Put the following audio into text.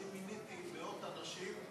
אני מיניתי מאות אנשים,